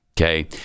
okay